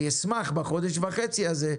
אני אשמח בחודש וחצי האלה,